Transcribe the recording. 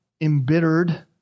embittered